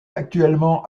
actuellement